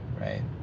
Right